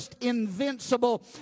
invincible